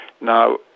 Now